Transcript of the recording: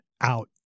out